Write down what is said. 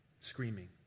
Screaming